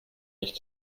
nicht